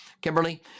Kimberly